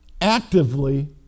actively